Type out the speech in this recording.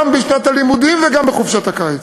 גם בשנת הלימודים וגם בחופשת הקיץ.